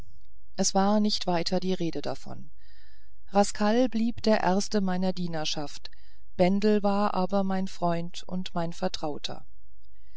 es war nicht weiter die rede davon rascal blieb der erste meiner dienerschaft bendel war aber mein freund und mein vertrauter